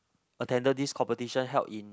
attended this competition held in